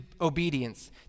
obedience